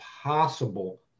possible